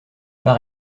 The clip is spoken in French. par